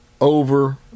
over